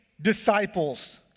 disciples